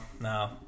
no